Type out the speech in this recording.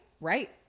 Right